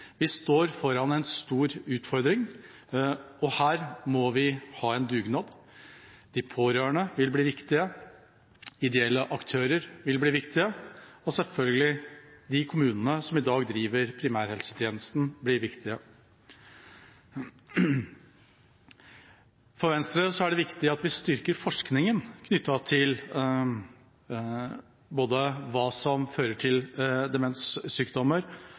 Vi står foran en stor utfordring, og her må vi ha en dugnad. De pårørende vil bli viktige, ideelle aktører vil bli viktige, og selvfølgelig kommunene, som i dag driver primærhelsetjenesten, blir viktige. For Venstre er det viktig at vi styrker forskningen knyttet til både hva som fører til demenssykdommer,